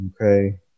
Okay